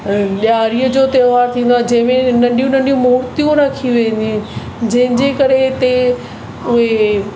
ॾिआरीअ जो त्योहारु थींदो आहे जंहिंमें नंढियूं नंढियूं मूर्तियूं रखियूं वेंदियूं आहिनि जंहिंजे करे हिते उहे